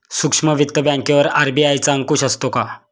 सूक्ष्म वित्त बँकेवर आर.बी.आय चा अंकुश असतो का?